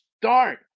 start